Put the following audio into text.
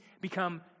become